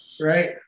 right